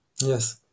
Yes